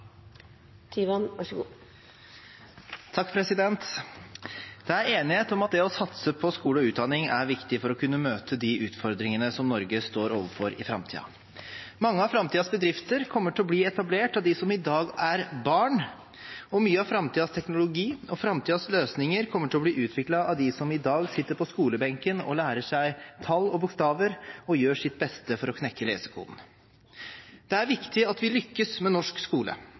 enighet om at det å satse på skole og utdanning er viktig for å kunne møte de utfordringene som Norge står overfor i framtiden. Mange av framtidens bedrifter kommer til å bli etablert av dem som i dag er barn, og mye av framtidens teknologi og framtidens løsninger kommer til å bli utviklet av dem som i dag sitter på skolebenken og lærer seg tall og bokstaver og gjør sitt beste for å knekke lesekoden. Det er viktig at vi lykkes med norsk skole,